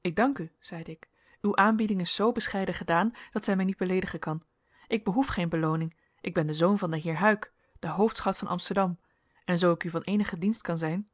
ik dank u zeide ik uw aanbieding is zoo bescheiden gedaan dat zij mij niet beleedigen kan ik behoef geen belooning ik ben de zoon van den heer huyck den hoofdschout van amsterdam en zoo ik u van eenigen dienst kan zijn